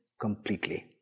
completely